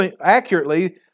accurately